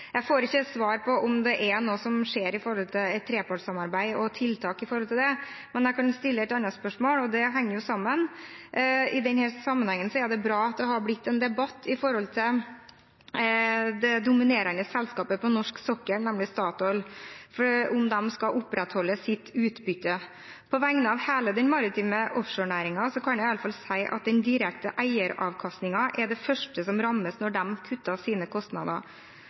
Jeg får ikke svar på om det skjer noe når det gjelder et trepartssamarbeid og tiltak knyttet til det, men jeg kan stille et annet spørsmål, og det henger sammen med det: I denne sammenhengen er det bra at det har blitt en debatt om hvorvidt det dominerende selskapet på norsk sokkel, nemlig Statoil, skal opprettholde sin utbyttepolitikk. På vegne av hele den maritime offshorenæringen kan jeg i alle fall si at den direkte eieravkastningen er det første som rammes når de kutter sine kostnader.